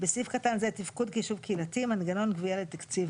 "בסעיף קטן זה תפקוד כיישוב קהילתי מנגנון גבייה לתקציב